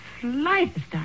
slightest